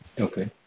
Okay